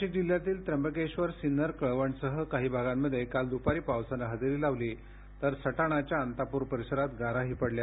नाशिक जिल्ह्यातील त्यंबकेश्वर सिन्नर कळवणसह काही भागामध्ये काल दुपारी पावसाने हजेरी लावली तर सटाणाच्या अंतापूर परिसरात गाराही पडल्या